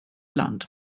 land